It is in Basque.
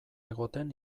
egoten